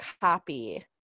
copy